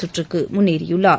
சுற்றுக்கு முன்னேறியுள்ளார்